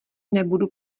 nebudu